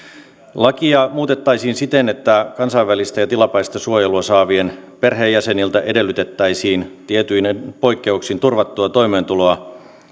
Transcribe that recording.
lakia muutettaisiin siten että kansainvälistä ja tilapäistä suojelua saavien perheenjäseniltä edellytettäisiin tietyin poikkeuksin turvattua toimeentuloa